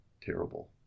terrible